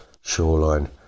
Shoreline